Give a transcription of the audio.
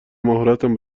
مهارتم